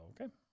Okay